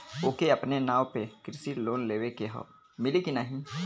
ओके अपने नाव पे कृषि लोन लेवे के हव मिली की ना ही?